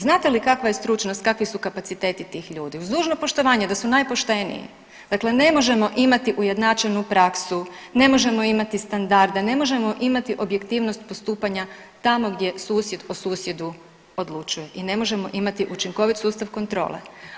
Znate li kakva je stručnost i kakvi su kapaciteti tih ljudi, uz dužno poštovanje da su najpoštenije, dakle ne možemo imati ujednačenu praksu, ne možemo imati standarde, ne možemo imati objektivnost postupanja tamo gdje susjed o susjedu odlučuje i ne možemo imati učinkovit sustav kontrole.